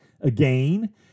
again